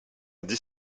dix